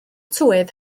tywydd